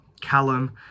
Callum